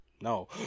no